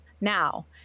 Now